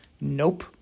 nope